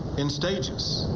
in stages.